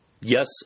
Yes